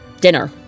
dinner